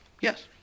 Yes